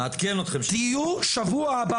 תהיו שבוע הבא